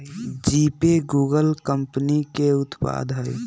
GPay Google company के उत्पाद हइ